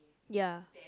ya